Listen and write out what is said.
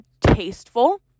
tasteful